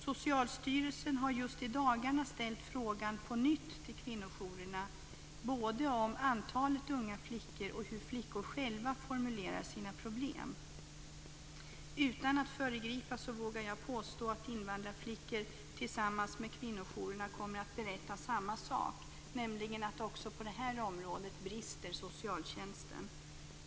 Socialstyrelsen har just i dagarna ställt frågan på nytt till kvinnojourerna - både om antalet unga flickor och om hur flickor själva formulerar sina problem. Utan att föregripa något vågar jag påstå att invandrarflickor tillsammans med kvinnojourerna kommer att berätta samma sak, nämligen att socialtjänsten brister också på det här området.